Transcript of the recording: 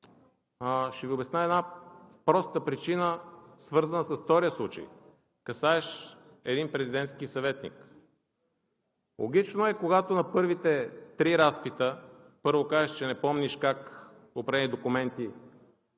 Ще Ви обясня една проста причина, свързана с втория случай, касаещ един президентски съветник. Логично е, когато на първите три разпита първо кажеш, че не помниш как определени документи